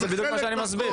זה בדיוק מה שאני מסביר.